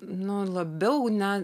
nu labiau ne